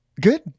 Good